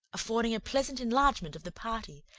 affording a pleasant enlargement of the party,